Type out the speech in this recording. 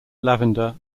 lavender